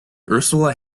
ursula